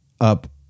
up